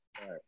right